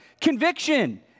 Conviction